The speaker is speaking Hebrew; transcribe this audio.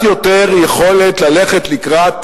יכולת ללכת לקראת